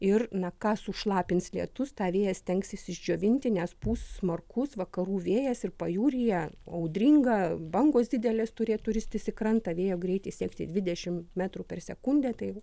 ir na ką sušlapins lietus tą vėjas stengsis išdžiovinti nes pūs smarkus vakarų vėjas ir pajūryje audringa bangos didelės turėtų ristis į krantą vėjo greitis siekti dvidešim metrų per sekundę tai